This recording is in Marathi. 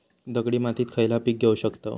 दगडी मातीत खयला पीक घेव शकताव?